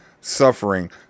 suffering